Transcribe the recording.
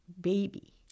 baby